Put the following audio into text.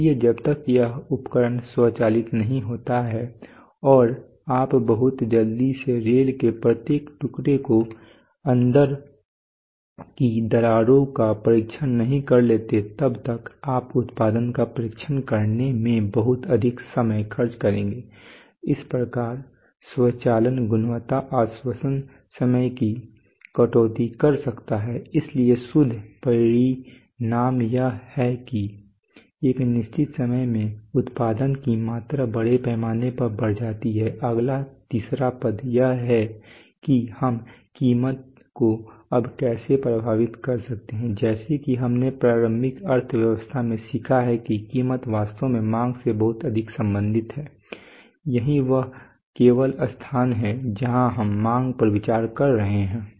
इसलिए जब तक यह उपकरण स्वचालित नहीं होता है और आप बहुत जल्दी से रेल के प्रत्येक टुकड़े को अंदर की दरारों का परीक्षण नहीं कर लेते हैं तब तक आप उत्पादन का परीक्षण करने में बहुत अधिक समय खर्च करेंगे इस प्रकार स्वचालन गुणवत्ता आश्वासन समय की कटौती कर सकता है इसलिए शुद्ध परिणाम यह है कि एक निश्चित समय में उत्पादन की मात्रा बड़े पैमाने पर बढ़ जाती है अगला तीसरा पद यह है कि हम कीमत को अब कैसे प्रभावित कर सकते हैं जैसा कि हमने प्रारंभिक अर्थशास्त्र में सीखा है कि कीमत वास्तव में मांग से बहुत अधिक संबंधित है यही वह केवल स्थान हैं जहां हम मांग पर विचार कर रहे हैं